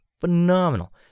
Phenomenal